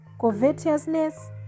covetousness